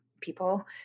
people